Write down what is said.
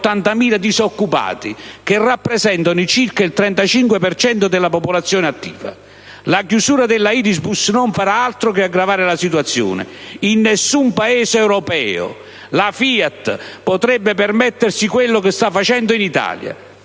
80.000 disoccupati, che rappresentano circa il 35 per cento della popolazione attiva. La chiusura della Irisbus non farà altro che aggravare la situazione. In nessun Paese europeo la FIAT potrebbe permettersi quello che sta facendo in Italia.